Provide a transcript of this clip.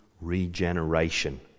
regeneration